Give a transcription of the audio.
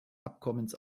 abkommens